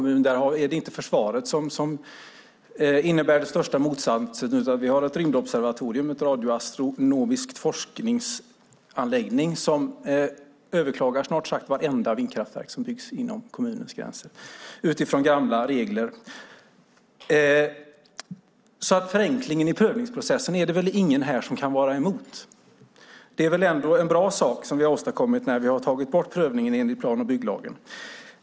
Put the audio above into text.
Jag kan berätta att det inte är försvaret som i min kommun innebär det största motståndet, utan vi har ett rymdobservatorium, en radioastronomisk forskningsanläggning, som överklagar snart sagt vartenda vindkraftverk som byggs inom kommunens gränser utifrån gamla regler. Förenklingen i prövningsprocessen kan väl ingen här vara emot, för det är väl ändå en bra sak vi åstadkom när vi tog bort prövningen enligt plan och bygglagen.